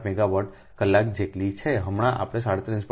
8 megawatt કલાક જેટલી છે હમણાં આપણે 37